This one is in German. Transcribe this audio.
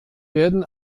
werden